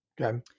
Okay